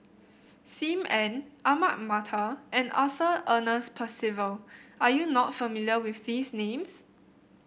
Sim Ann Ahmad Mattar and Arthur Ernest Percival are you not familiar with these names